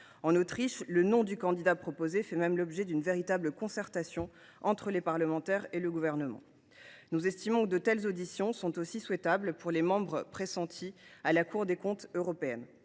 En Autriche, le nom du candidat proposé fait même l’objet d’une véritable concertation entre les parlementaires et le gouvernement. Nous estimons que de telles auditions sont également souhaitables pour les candidats au poste de membre de la Cour des comptes européenne.